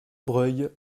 breuil